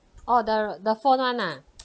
orh the the phone one ah